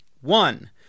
one